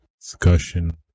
discussion